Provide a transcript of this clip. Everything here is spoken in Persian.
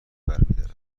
برمیدارد